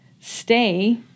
stay